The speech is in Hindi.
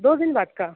दो दिन बाद का